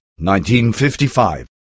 1955